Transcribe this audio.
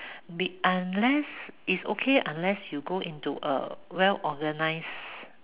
unless is okay unless you go into a well organized